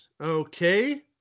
Okay